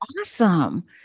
Awesome